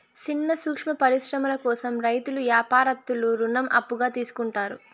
సిన్న సూక్ష్మ పరిశ్రమల కోసం రైతులు యాపారత్తులు రుణం అప్పుగా తీసుకుంటారు